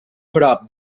prop